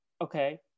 okay